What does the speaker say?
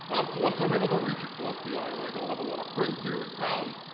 of course i'm able to reach across the aisle i don't have a lot of friends here in town,